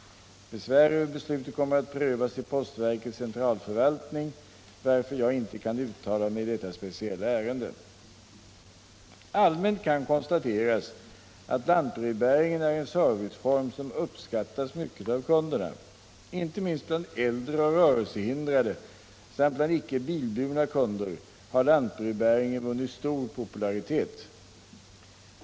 Besvär över beslutet kommer att prövas i postverkets centralförvaltning, varför jag inte kan uttala mig Om postservicen i i detta speciella ärende. Hedared Allmänt kan konstateras att lantbrevbäringen är en serviceform som uppskattas mycket av kunderna. Inte minst bland äldre och rörelsehindrade samt bland icke bilburna kunder har lantbrevbäringen vunnit stor popularitet.